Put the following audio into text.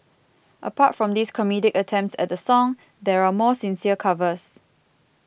apart from these comedic attempts at the song there are more sincere covers